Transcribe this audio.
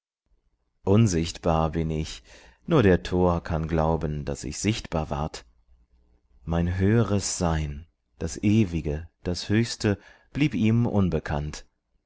unsichtbar bin ich nur der tor kann glauben daß ich sichtbar ward mein höhres sein das ewige das höchste blieb ihm unbekannt